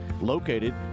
located